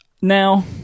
Now